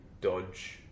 Dodge